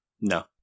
No